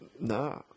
Nah